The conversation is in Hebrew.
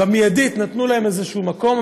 במיידית נתנו להם איזשהו מקום,